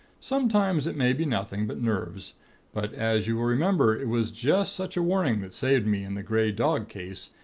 sometimes it may be nothing but nerves but as you will remember, it was just such a warning that saved me in the grey dog case,